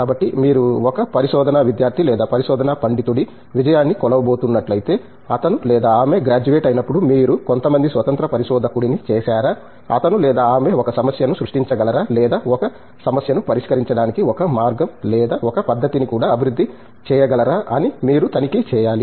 కాబట్టి మీరు ఒక పరిశోధనా విద్యార్థి లేదా పరిశోధనా పండితుడి విజయాన్ని కొలవబోతున్నట్లయితే అతను లేదా ఆమె గ్రాడ్యుయేట్ అయినప్పుడు మీరు కొంతమంది స్వతంత్ర పరిశోధకుడిని చేశారా అతను లేదా ఆమె ఒక సమస్యను సృష్టించగలరా లేదా ఒక సమస్యను పరిష్కరించడానికి ఒక మార్గం లేదా ఒక పద్దతిని కూడా అభివృద్ధి చేయగలరా అని మీరు తనిఖీ చేయాలి